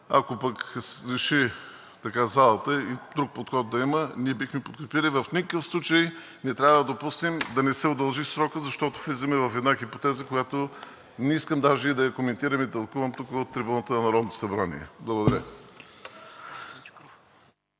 ако реши залата и друг подход да има, ние бихме подкрепили и в никакъв случай не трябва да допуснем да не се удължи срокът, защото влизаме в една хипотеза, която не искам даже и да я коментирам и тълкувам тук от трибуната на Народното събрание. Благодаря.